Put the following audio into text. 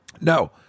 no